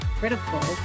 critical